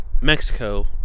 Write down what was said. Mexico